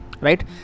right